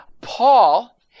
Paul